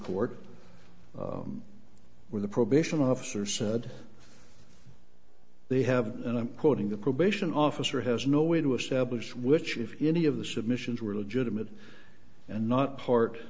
court where the probation officer said they have and i'm quoting the probation officer has no way to establish which if any of the submissions were legitimate and not part